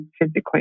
physically